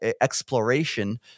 exploration